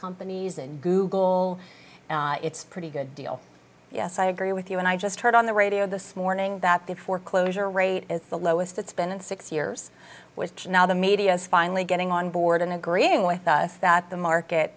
companies and google it's pretty good deal yes i agree with you and i just heard on the radio this morning that the foreclosure rate is the lowest it's been in six years which now the media is finally getting on board and agreeing with us that the market